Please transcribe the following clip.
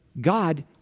God